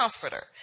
comforter